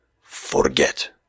Forget